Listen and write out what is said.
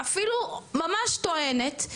אפילו ממש טוענת,